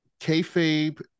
kayfabe